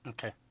Okay